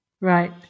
Right